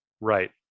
right